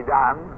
done